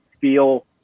feel